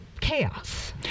chaos